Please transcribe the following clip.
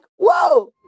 whoa